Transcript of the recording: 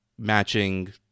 matching